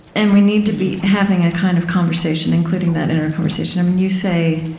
and we need to be having a kind of conversation including that inner conversation um you say